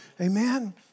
Amen